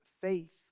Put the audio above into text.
faith